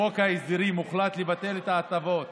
חוק ההסדרים, הוחלט לבטל את ההטבות